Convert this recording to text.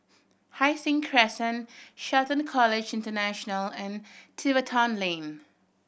Hai Sing Crescent Shelton College International and Tiverton Lane